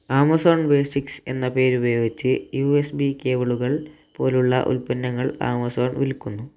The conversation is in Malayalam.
ആമസോൺ ബേസിക്സ് എന്ന പേരുപയോഗിച്ച് യു എസ് ബി കേബിളുകൾ പോലുള്ള ഉൽപ്പന്നങ്ങൾ ആമസോൺ വിൽക്കുന്നു